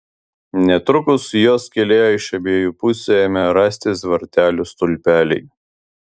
netrukus jos kelyje iš abiejų pusių ėmė rastis vartelių stulpeliai